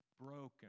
broken